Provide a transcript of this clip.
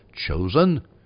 chosen